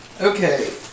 Okay